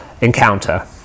encounter